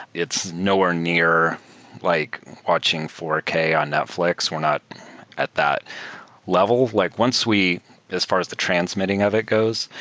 it's nowhere near like watching four k on netfl ix. we're not at that level. like once we as far as the transmitting of it goes.